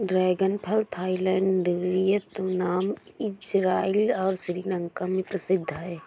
dragon फल Thailand, Vietnam, Israel और श्रीलंका में प्रसिद्ध है